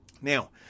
Now